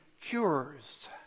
cures